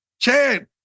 Chad